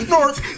North